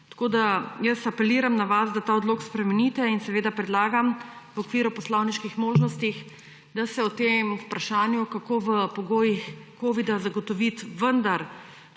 Jaz apeliram na vas, da ta odlok spremenite. In seveda predlagam v okviru poslovniških možnosti, da se o tem vprašanju, kako v pogojih covida vendar